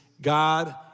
God